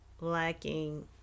lacking